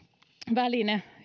väline